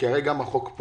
לפי החוק,